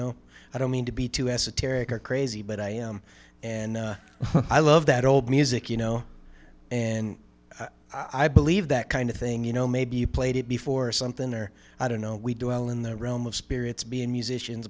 know i don't mean to be too esoteric or crazy but i am and i love that old music you know and i believe that kind of thing you know maybe you played it before or something or i don't know we do well in that realm of spirits being musicians